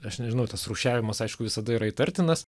aš nežinau tas rūšiavimas aišku visada yra įtartinas